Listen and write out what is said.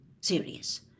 Serious